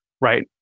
right